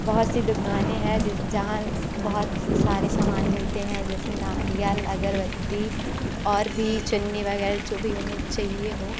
बहुत सी दुकानें है जहाँ बहुत सारे समान मिलते हैं जैसे नारियल अगरबत्ती और भी चुन्नी वगैरह जो भी उन्हें चाहिए हो